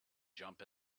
jump